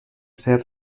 ser